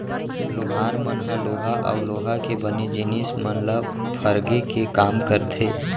लोहार मन ह लोहा अउ लोहा ले बने जिनिस मन ल फरगे के काम करथे